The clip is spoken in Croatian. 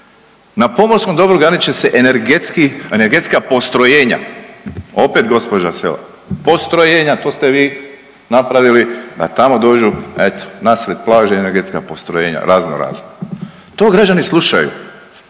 Na pomorskom dobru gradit će se energetska postrojenja, opet gospođa Selak, postrojenja to ste vi napravili da tamo dođu eto na sred plaže energetska postrojenja razno razna. To građani slušaju.